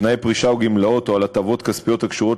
תנאי פרישה או גמלאות או על הטבות כספיות הקשורות